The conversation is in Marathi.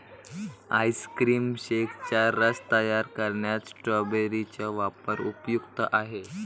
आईस्क्रीम शेकचा रस तयार करण्यात स्ट्रॉबेरी चा वापर उपयुक्त आहे